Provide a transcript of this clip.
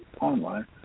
online